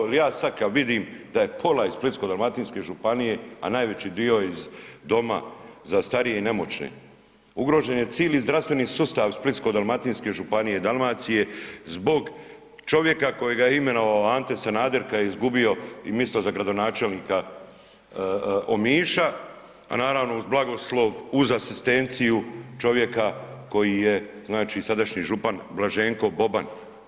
Ja sad kad vidim da je pola iz Splitsko-dalmatinske županije, a najveći dio iz doma za starije i nemoćne, ugrožen je cili zdravstveni sustav Splitsko-dalmatinske županije i Dalmacije zbog čovjeka kojega je imenovao Ante Sanader kad je izgubio misto za gradonačelnika Omiša, a naravno uz blagoslov, uz asistenciju čovjeka koji je znači sadašnji župan Blaženko Boban.